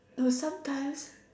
no sometimes